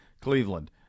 Cleveland